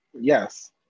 yes